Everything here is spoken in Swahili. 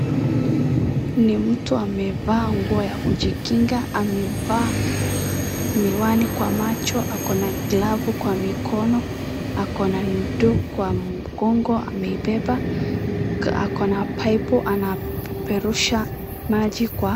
Ni mtu amevaa nguo ya kujikinga, amevaa miwani kwa macho, ako na glavu kwa mikono, ako na ndoo kwa mgongo ameibeba, ako na paipu anapeperusha maji kwa.